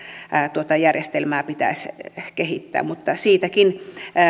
tuota järjestelmää pitäisi kehittää mutta siitäkin